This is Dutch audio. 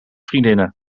vriendinnen